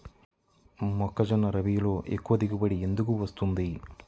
మొక్కజొన్న రబీలో ఎక్కువ దిగుబడి ఎందుకు వస్తుంది?